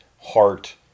heart